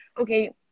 okay